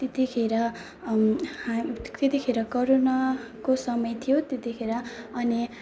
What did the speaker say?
त्यतिखेर त्यतिखेर कोरोनाको समय थियो त्यतिखेर अनि